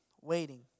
Waiting